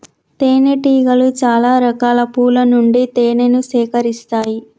తేనె టీగలు చాల రకాల పూల నుండి తేనెను సేకరిస్తాయి